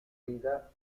vida